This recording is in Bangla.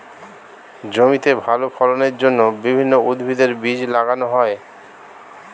জমিতে ভালো ফলনের জন্য বিভিন্ন উদ্ভিদের বীজ লাগানো হয়